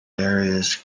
darius